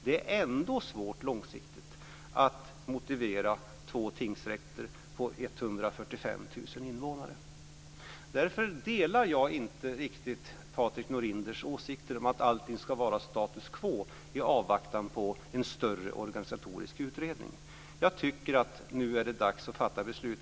Det är ändå långsiktigt svårt att motivera två tingsrätter på 145 000 Därför delar jag inte riktigt Patrik Norinders åsikt att allting ska vara status quo i avvaktan på en större organisatorisk utredning. Jag tycker att det nu är dags att fatta beslut.